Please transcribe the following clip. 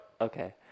Okay